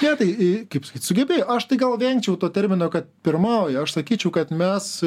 ne tai kaip sakyt sugebėjo aš tai gal vengčiau to termino kad pirmauja aš sakyčiau kad mes